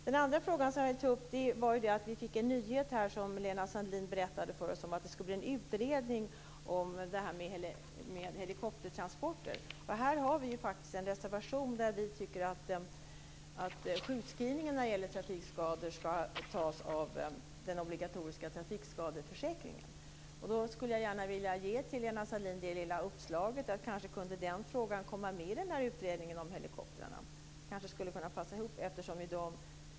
Den andra frågan som jag vill ta upp är att Lena Sandlin presenterade en nyhet här om att det skulle tillsättas en utredning om helikoptertransporter. Vi har faktiskt en reservation där vi tycker att sjukskrivning när det gäller trafikskador skall betalas av den obligatoriska trafikskadeförsäkringen. Jag skulle då gärna vilja ge Lena Sandlin uppslaget att den frågan kanske kunde komma med i utredningen om helikoptrarna. Det kanske skulle kunna passa.